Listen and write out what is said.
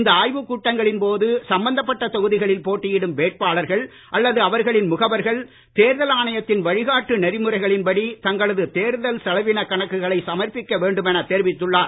இந்த ஆய்வுக் கூட்டங்களின் போது சம்பந்தப்பட்ட தொகுதிகளில் போட்டியிடும் வேட்பாளர்கள் அல்லது அவர்களின் முகவர்கள் தேர்தல் ஆணையத்தின் வழிகாட்டு நெறிமுறைகளின்படி தங்களது தேர்தல் செலவினக் கணக்குகளை சமர்பிக்க வேண்டும் என தெரிவித்துள்ளார்